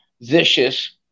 vicious